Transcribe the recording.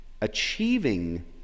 achieving